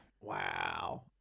Wow